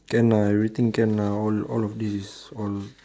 can lah everything can lah all all of this is all